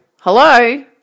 hello